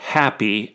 happy